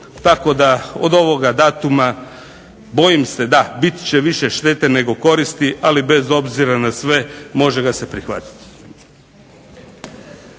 tako da od ovoga datuma bojim se da biti će više štete nego koristi, ali bez obzira na sve može ga se prihvatiti.